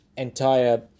entire